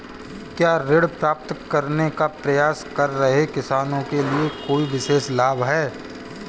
क्या ऋण प्राप्त करने का प्रयास कर रहे किसानों के लिए कोई विशेष लाभ हैं?